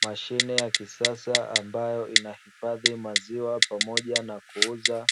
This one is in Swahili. Mashine ya kisasa ambayo inahifadhi maziwa pamoja na kuuza